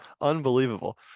Unbelievable